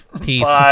Peace